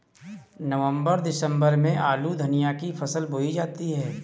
नवम्बर दिसम्बर में आलू धनिया की फसल बोई जाती है?